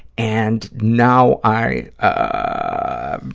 and now i i